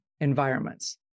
environments